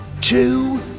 Two